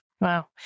Wow